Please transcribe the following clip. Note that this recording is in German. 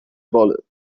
wolle